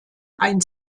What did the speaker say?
ein